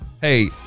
hey